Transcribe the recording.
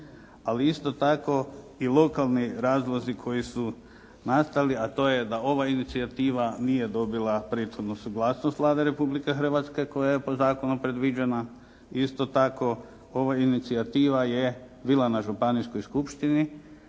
ali isto tako i lokalni razlozi koji su nastali a to je da ova inicijativa nije dobila prethodnu suglasnost Vlade Republike Hrvatske koja je po zakonu predviđena. Isto tako ova inicijativa je bila na županijskoj skupštini.